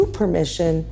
permission